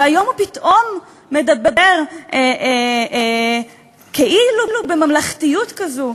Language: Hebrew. והיום הוא פתאום מדבר כאילו בממלכתיות כזו,